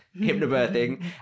hypnobirthing